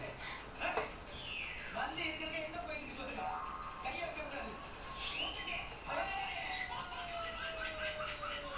is just looking around you every single person eating then like you know because you no water that time also so is like you confirm thirsty and hungry confirm